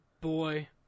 boy